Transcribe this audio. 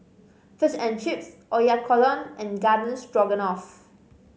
Fish and Chips Oyakodon and Garden Stroganoff